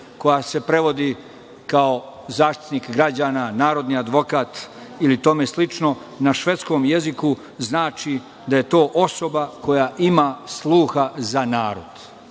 koja se prevodi kao Zaštitnik građana, narodni advokat ili tome slično, na švedskom jeziku znači da je to osoba koja ima sluha za narod.